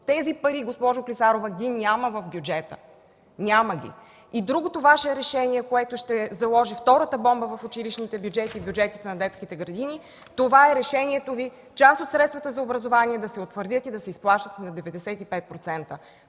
Тези пари, госпожо Клисарова, ги няма в бюджета. Няма ги! И другото Ваше решение, което ще заложи втората бомба в училищните бюджети и бюджетите на детските градини, е решението Ви част от средствата за образование да се утвърдят и да се изплащат 95%.